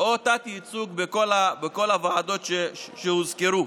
או תת-ייצוג בכל הוועדות שהוזכרו.